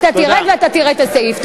אתה תרד ואתה תראה את הסעיף.